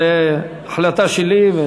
זו החלטה שלי.